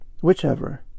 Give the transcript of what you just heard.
whichever